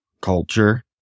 culture